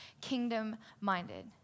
kingdom-minded